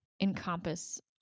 encompass